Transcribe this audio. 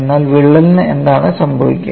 എന്നാൽ വിള്ളലിന് എന്താണ് സംഭവിക്കുക